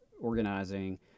organizing